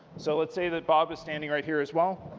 so let's say that bob is standing right here, as well,